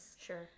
sure